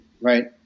right